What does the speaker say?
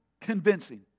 convincing